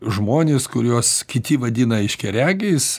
žmonės kuriuos kiti vadina aiškiaregiais